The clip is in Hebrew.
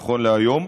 נכון להיום,